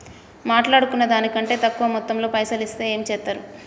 మాట్లాడుకున్న దాని కంటే తక్కువ మొత్తంలో పైసలు ఇస్తే ఏం చేత్తరు?